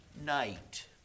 night